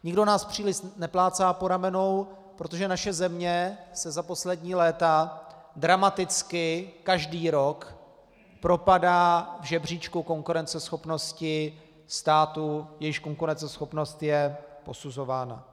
Nikdo nás příliš neplácá po ramenou, protože naše země se za poslední léta dramaticky každý rok propadá v žebříčku konkurenceschopnosti států, jejichž konkurenceschopnost je posuzována.